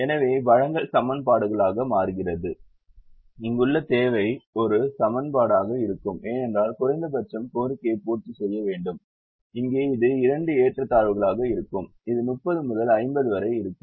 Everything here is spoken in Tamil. எனவே வழங்கல் சமன்பாடுகளாக மாறுகிறது இங்குள்ள தேவை ஒரு சமன்பாடாக இருக்கும் ஏனென்றால் குறைந்தபட்ச கோரிக்கையை பூர்த்தி செய்ய வேண்டும் இங்கே இது இரண்டு ஏற்றத்தாழ்வுகளாக இருக்கும் இது 30 முதல் 50 வரை இருக்கும்